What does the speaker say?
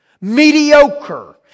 Mediocre